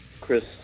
Chris